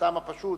מהטעם הפשוט